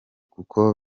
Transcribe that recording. kuko